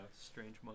Strange